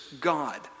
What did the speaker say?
God